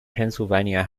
pennsylvania